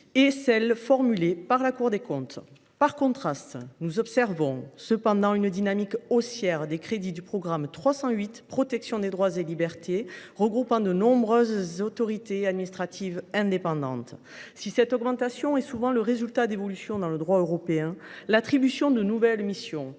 et celles de la Cour des comptes. Par contraste, nous observons une dynamique haussière des crédits du programme 308 « Protection des droits et libertés », qui regroupe de nombreuses autorités administratives indépendantes. Si cette augmentation est souvent le résultat d’évolutions du droit européen, l’attribution de nouvelles missions